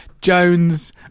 Jones